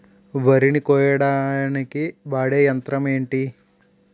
వరి ని కోయడానికి వాడే యంత్రం ఏంటి?